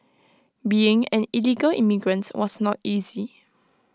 being an illegal immigrants was not easy